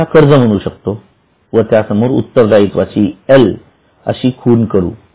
आपण याला कर्ज म्हणू शकतो व त्यासमोर उत्तरदायित्वाची एल अशी खून करु